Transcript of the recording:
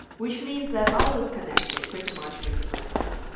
which means that i was connected pretty much twenty four seven.